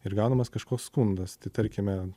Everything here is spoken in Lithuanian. ir gaunamas kažkoks skundas tai tarkime